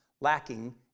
lacking